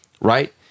right